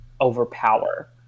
overpower